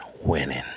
winning